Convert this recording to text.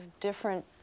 different